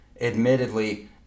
admittedly